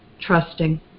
Trusting